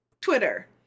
Twitter